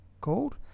called